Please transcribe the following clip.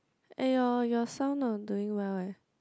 !aiyo! your sound not doing well eh